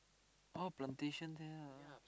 oh plantation there ah